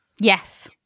Yes